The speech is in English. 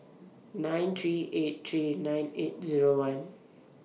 nine three eight three nine eight Zero one